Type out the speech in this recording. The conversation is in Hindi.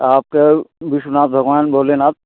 आपको विश्वनाथ भगवान भोलेनाथ